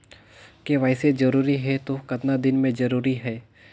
KYC जरूरी हे तो कतना दिन मे जरूरी है?